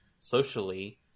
Socially